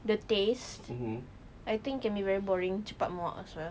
the taste I think can be very boring cepat muak as well